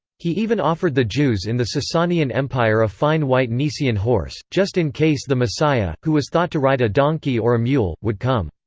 he even offered the jews in the sasanian empire a fine white nisaean horse, just in case the messiah, who was thought to ride a donkey or a mule, would come.